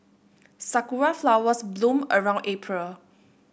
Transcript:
Sakura flowers bloom around April